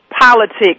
politics